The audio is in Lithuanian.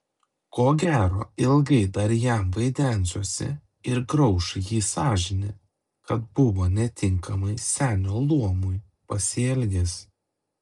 ko gero ilgai dar jam vaidensiuosi ir grauš jį sąžinė kad buvo netinkamai senio luomui pasielgęs